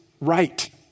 right